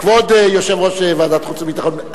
כבוד יושב-ראש ועדת חוץ וביטחון,